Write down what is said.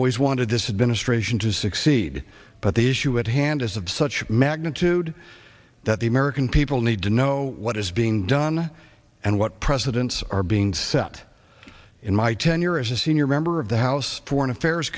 always wanted this administration to succeed but the issue at hand is of such magnitude that the american people need to know what is being done and what presidents are being set in my tenure as a senior member of the house foreign affairs